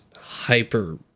hyper-